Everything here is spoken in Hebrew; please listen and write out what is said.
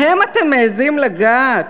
בהם אתם מעזים לגעת,